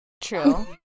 true